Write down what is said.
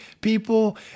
people